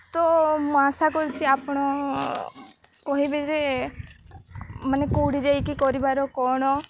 ତ ମୁଁ ଆଶା କରୁଛି ଆପଣ କହିବେ ଯେ ମାନେ କେଉଁଠି ଯାଇକି କରିବାର କ'ଣ